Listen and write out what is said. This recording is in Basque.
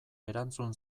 erantzun